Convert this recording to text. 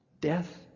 Death